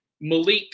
Malik